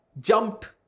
jumped